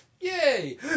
Yay